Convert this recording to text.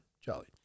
Charlie